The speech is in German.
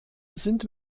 sind